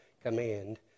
command